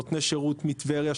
נותני שירות מטבריה,